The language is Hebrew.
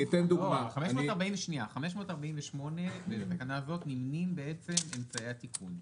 בתקנה 548 נמנים אמצעי התיקון,